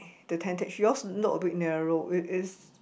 the tentage yours look a bit narrow it is